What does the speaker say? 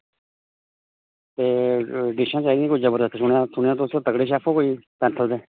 ते डिशां चाही दियां जबरदस्त कोई सुनेआ तुस जबरदस्त शेफ ओ पैंथल दे कोई